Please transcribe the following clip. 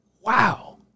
wow